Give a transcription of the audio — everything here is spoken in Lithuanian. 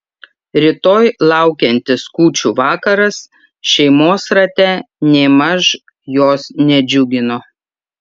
rytoj laukiantis kūčių vakaras šeimos rate nėmaž jos nedžiugino